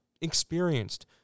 experienced